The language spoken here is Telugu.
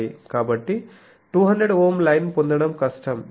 కాబట్టి 200 Ω లైన్ పొందడం కష్టం